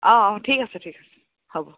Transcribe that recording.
অঁ অঁ ঠিক আছে ঠিক আছে হ'ব